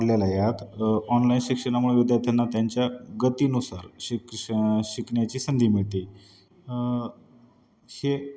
वाढलेल्या यात ऑनलाईन शिक्षणामुळे विद्यार्थ्यांना त्यांच्या गतिनुसार शिक्ष शिकण्याची संधी मिळते हे